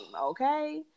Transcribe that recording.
okay